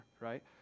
right